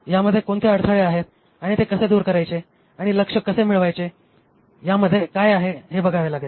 यामध्ये कोणते अडथळे आहेत आणि ते कसे दूर करायचे आणि लक्ष्य कसे मिळवायचे यामध्ये काय आहे हे बघावे लागते